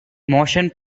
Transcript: motion